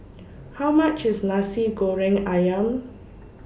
How much IS Nasi Goreng Ayam